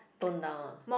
tone down ah